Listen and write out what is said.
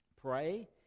pray